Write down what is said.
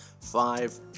five